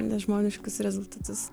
nežmoniškus rezultatus